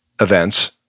events